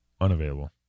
Unavailable